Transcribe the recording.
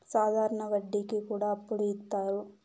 సాధారణ వడ్డీ కి కూడా అప్పులు ఇత్తారు